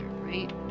right